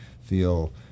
feel